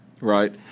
right